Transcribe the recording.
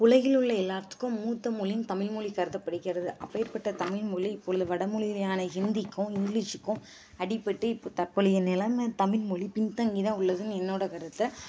உலகில் உள்ள எல்லாத்துக்கும் மூத்தமொழின் தமிழ்மொழி கருதப்படுகிறது அப்பேற்பட்ட தமிழ்மொழி இப்பொழுது வடமொழியான ஹிந்திக்கும் இங்கிலீஷ்ஷுக்கும் அடிப்பட்டு இப்போ தற்போதைய நிலமை தமிழ்மொழி பின்தங்கிதான் உள்ளதுன்னு என்னோடய கருத்தை